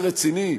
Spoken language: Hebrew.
זה רציני?